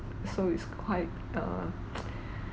so it's quite err